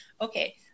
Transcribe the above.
okay